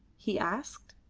he asked.